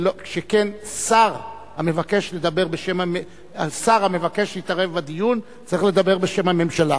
שכן שר המבקש להתערב בדיון צריך לדבר בשם הממשלה.